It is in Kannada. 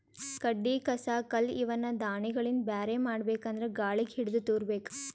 ಕಡ್ಡಿ ಕಸ ಕಲ್ಲ್ ಇವನ್ನ ದಾಣಿಗಳಿಂದ ಬ್ಯಾರೆ ಮಾಡ್ಬೇಕ್ ಅಂದ್ರ ಗಾಳಿಗ್ ಹಿಡದು ತೂರಬೇಕು